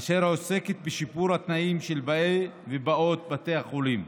אשר עוסקת בשיפור התנאים של באי ובאות בתי חולים.